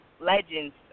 legends